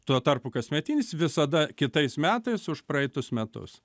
tuo tarpu kasmetinis visada kitais metais už praeitus metus